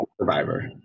Survivor